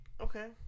Okay